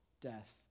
death